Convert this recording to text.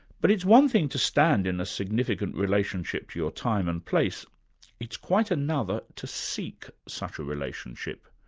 but it's one thing to stand in a significant relationship to your time and place it's quite another to seek such a relationship,